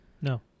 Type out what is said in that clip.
No